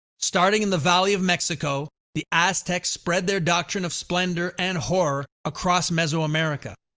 starting in the valley of mexico, the aztec spread their doctrine of splendour and horror across mesoamerica.